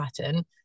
pattern